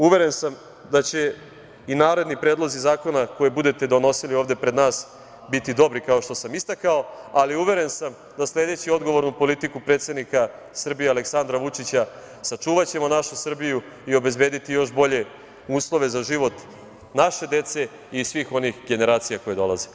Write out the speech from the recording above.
Uveren sam da će i naredni predlozi zakona koje budete donosili ovde pred nas biti dobri, kao što sam i istakao, ali uveren sam da, sledeći odgovornu politiku predsednika Srbije Aleksandra Vučića, sačuvaćemo našu Srbiju o obezbediti još bolje uslove za život naše dece i svih onih generacija koje dolaze.